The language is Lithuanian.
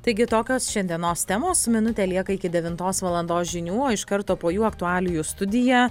taigi tokios šiandienos temos minutė lieka iki devintos valandos žinių o iš karto po jų aktualijų studiją